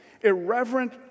irreverent